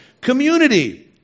Community